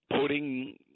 putting